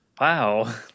Wow